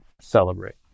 celebrate